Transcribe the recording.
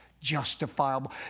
justifiable